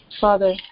Father